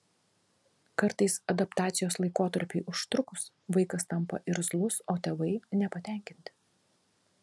kartais adaptacijos laikotarpiui užtrukus vaikas tampa irzlus o tėvai nepatenkinti